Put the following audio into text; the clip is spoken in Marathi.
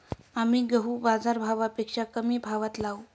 आम्ही गहू बाजारभावापेक्षा कमी भावात लावू